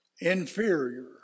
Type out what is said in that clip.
inferior